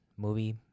movie